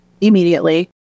immediately